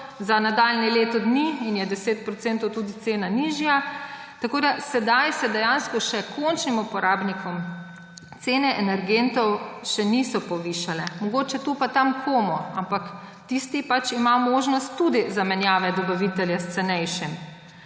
za nadaljnje leto dni, in je 10 % tudi cena nižja. Sedaj se dejansko končnim uporabnikom cene energentov še niso povišale, mogoče tu pa tam komu, ampak tisti ima možnost tudi zamenjave dobavitelja s cenejšim.